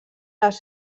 les